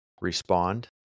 respond